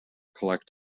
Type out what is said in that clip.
collect